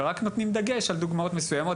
ורק נותנים דגש על דוגמאות מסוימות,